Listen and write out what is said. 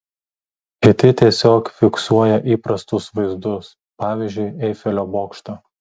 kiti tiesiog fiksuoja įprastus vaizdus pavyzdžiui eifelio bokštą